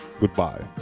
Goodbye